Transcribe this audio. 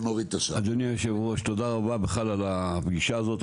אדוני היושב-ראש, תודה רבה בכלל על הפגישה הזאת.